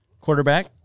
Quarterback